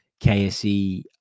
KSE